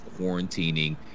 quarantining